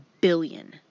billion